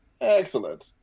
Excellent